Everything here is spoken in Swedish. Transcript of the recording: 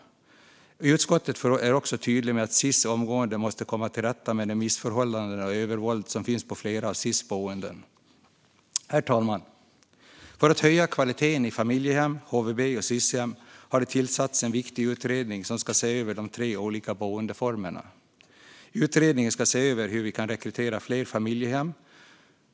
Utskottet är också tydligt med att Sis omgående måste komma till rätta med de missförhållanden och det övervåld som finns på flera av Sis boenden. Herr talman! För att höja kvaliteten i familjehem, HVB och Sis-hem har det tillsatts en viktig utredning som ska se över de tre olika boendeformerna. Utredningen ska se över hur vi kan rekrytera fler familjehem.